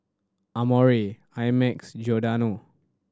Amore I Max Giordano